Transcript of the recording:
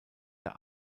der